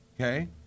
Okay